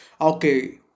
okay